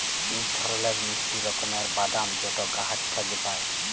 ইক ধরলের মিষ্টি রকমের বাদাম যেট গাহাচ থ্যাইকে পায়